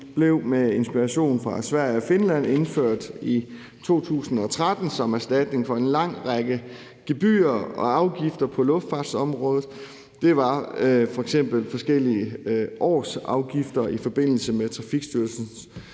blev med inspiration fra Sverige og Finland indført i 2013 som erstatning for en lang række gebyrer og afgifter på luftfartsområdet. Det var f.eks. forskellige årsafgifter i forbindelse med Trafikstyrelsens